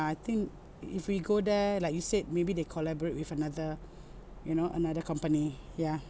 I think if we go there like you said maybe they collaborate with another you know another company ya